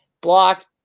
blocked